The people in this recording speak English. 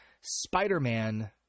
Spider-Man